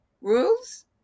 rules